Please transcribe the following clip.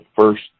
first